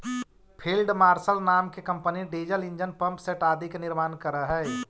field marshal नाम के company diesel engine, pump set आदि के निर्माण करऽ हई